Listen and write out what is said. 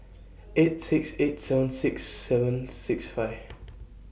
eight six eight seven six seven six five